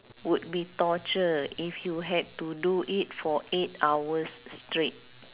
would be torture if you had to do it for eight hours straight